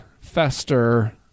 fester